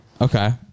Okay